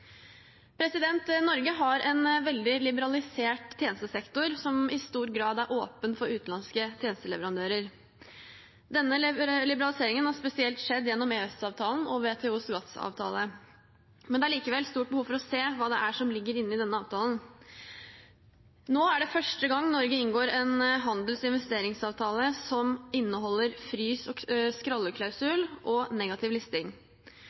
Norge har en veldig liberalisert tjenestesektor som i stor grad er åpen for utenlandske tjenesteleverandører. Denne liberaliseringen har spesielt skjedd gjennom EØS-avtalen og WTOs GATS-avtale. Det er likevel stort behov for å se hva det er som ligger inne i denne avtalen. Nå er det første gang Norge inngår en handels- og investeringsavtale som inneholder frys- og skralleklausul og negativ listing.